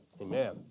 Amen